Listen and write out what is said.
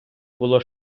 було